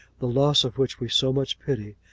the loss of which we so much pity,